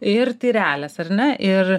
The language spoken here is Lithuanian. ir tai realios ar ne ir